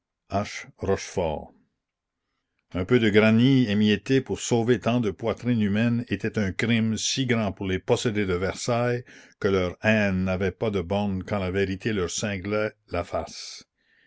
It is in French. un peu de granit émietté pour sauver tant de poitrines humaines était un crime si grand pour les possédés de versailles que leur haine n'avait pas de bornes quand la vérité leur cinglait la face